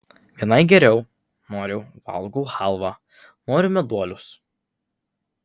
vienai geriau noriu valgau chalvą noriu meduolius